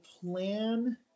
plan